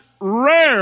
rare